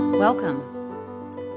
Welcome